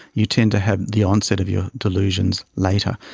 you tend to have the onset of your delusions later.